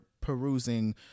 perusing